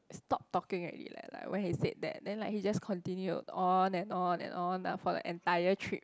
stop talking already like like when he said that then like he just continued on and on and on lah for the entire trip